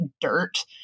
dirt